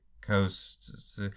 Coast